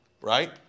Right